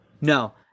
No